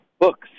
books